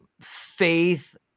faith